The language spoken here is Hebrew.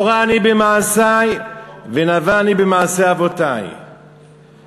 בבקשה, רבותי חברי הכנסת.